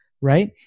right